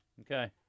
Okay